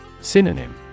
Synonym